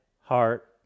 heart